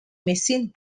machine